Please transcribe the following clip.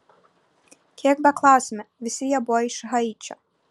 kiek beklausėme visi jie buvo iš haičio